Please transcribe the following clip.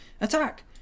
Attack